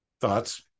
Thoughts